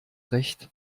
recht